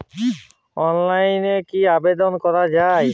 অনলাইনে কি আবেদন করা য়ায়?